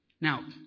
Now